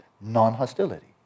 non-hostility